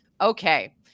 Okay